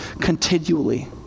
continually